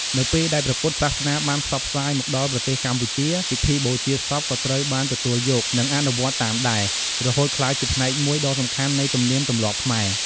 នៅពេលដែលព្រះពុទ្ធសាសនាបានផ្សព្វផ្សាយមកដល់ប្រទេសកម្ពុជា ពិធីបូជាសពក៏ត្រូវបានទទួលយក និងអនុវត្តតាមដែរ រហូតក្លាយជាផ្នែកមួយដ៏សំខាន់នៃទំនៀមទម្លាប់ខ្មែរ។